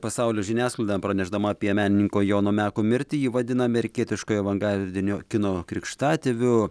pasaulio žiniasklaida pranešdama apie menininko jono meko mirtį jį vadina amerikietiškojo avangardinio kino krikštatėviu